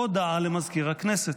הודעה למזכיר הכנסת.